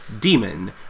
Demon